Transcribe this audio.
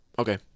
Okay